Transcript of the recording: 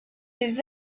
des